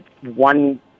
One